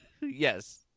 Yes